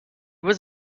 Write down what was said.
was